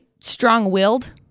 strong-willed